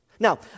Now